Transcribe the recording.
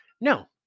No